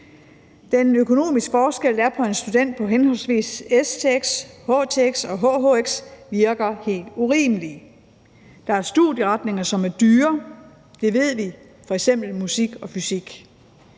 Den økonomiske forskel, der er på en student på henholdsvis stx, htx og hhx, virker helt urimelig. Der er studieretninger, som er dyre – det ved vi – f.eks. musik og fysik.